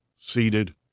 seated